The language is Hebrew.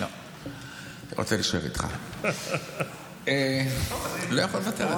לא, אני רוצה להישאר איתך, לא יכול לוותר עליך.